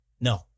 No